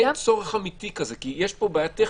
אין צורך אמיתי כזה, כי יש פה בעיה טכנית.